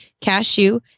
cashew